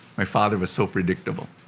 my father was so predictable.